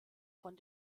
von